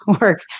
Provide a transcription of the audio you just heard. work